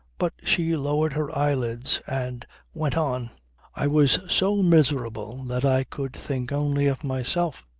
but she lowered her eyelids and went on i was so miserable that i could think only of myself.